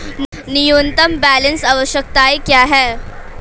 न्यूनतम बैलेंस आवश्यकताएं क्या हैं?